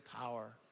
power